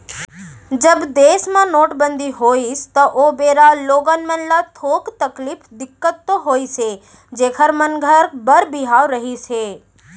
जब देस म नोटबंदी होइस त ओ बेरा लोगन मन ल थोक तकलीफ, दिक्कत तो होइस हे जेखर मन घर बर बिहाव रहिस हे